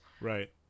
Right